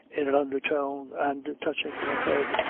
in an under tone, and touching her head,